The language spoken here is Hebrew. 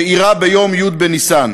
שאירעה ביום י' בניסן.